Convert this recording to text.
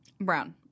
Brown